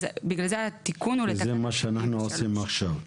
בגלל זה התיקון הוא לתקנה 73. וזה מה שאנחנו עושים עכשיו?